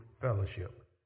fellowship